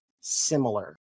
similar